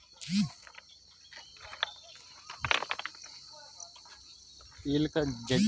বুলবোকাস্ট্যানাম বা কালোজিরা হিমাচল প্রদেশে ভালো উৎপাদন হয়